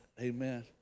amen